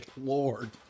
Lord